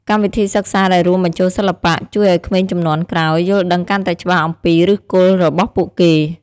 កម្មវិធីសិក្សាដែលរួមបញ្ចូលសិល្បៈ ជួយឱ្យក្មេងជំនាន់ក្រោយយល់ដឹងកាន់តែច្បាស់អំពីឫសគល់របស់ពួកគេ។